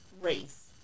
race